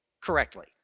correctly